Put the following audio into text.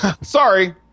Sorry